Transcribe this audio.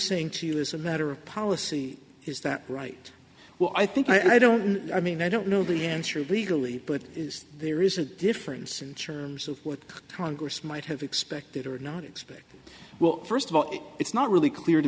saying to you as a matter of policy is that right well i think i don't know i mean i don't know the answer of legally but is there is a difference in terms of what congress might have expected or not expect well first of all it's not really clear to